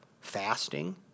fasting